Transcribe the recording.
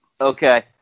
Okay